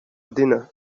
dinner